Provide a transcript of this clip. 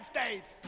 States